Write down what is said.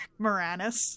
Moranis